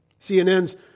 CNN's